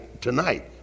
tonight